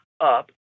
up